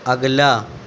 اگلا